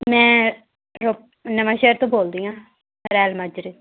ਮੈਂ ਰੋ ਨਵਾਂ ਸ਼ਹਿਰ ਤੋਂ ਬੋਲਦੀ ਹਾਂ ਰੈਲ ਮਾਜਰੇ